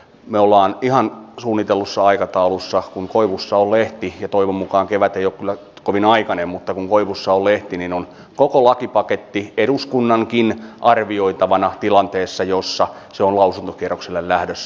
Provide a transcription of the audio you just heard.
me olemme ihan suunnitellussa aikataulussa ja kun koivussa on lehti ja toivon mukaan kevät ei ole kyllä kovin aikainen niin on koko lakipaketti eduskunnankin arvioitavana tilanteessa jossa se on lausuntokierrokselle lähdössä